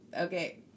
Okay